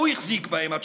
הוא החזיק בהם עד